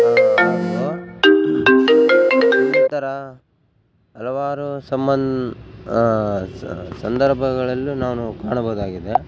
ಹಾಗು ಇನ್ನಿತರ ಹಲವಾರು ಸಮ್ಮನ ಸಂದರ್ಭಗಳಲ್ಲು ನಾವು ಕಾಣಬಹುದಾಗಿದೆ